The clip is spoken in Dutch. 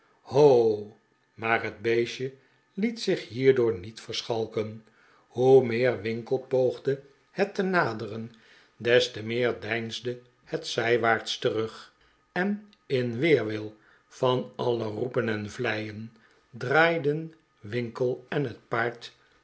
maar het beestje liet zich hierdoor niet verschalken hoe meer winkle poogde het te naderen des te meer deinsde het zijwaarts terug en in weerwil van alle roepen en vleien draaiden winkle en het paard